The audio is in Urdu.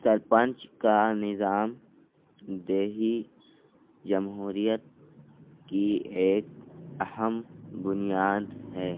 سرپنچ کا نظام دیہی جمہوریت کی ایک اہم بنیاد ہے